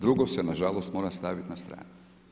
Drugo se nažalost mora staviti na stranu.